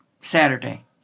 Saturday